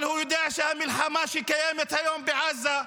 אבל הוא יודע שהמלחמה שקיימת היום בעזה,